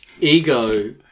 ego